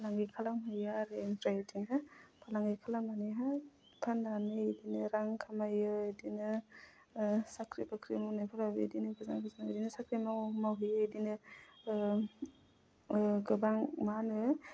फालांगि खालामहैयो आरो ओमफ्राय बिदिनो फालांगि खालामनानैहाय फाननानैनो रां खामायो बिदिनो साख्रि बाख्रि मावनायफोराबो बिदिनो गोजान गोजान बिदिनो साख्रि मावहैयो बिदिनो गोबां मा होनो